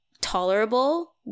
tolerable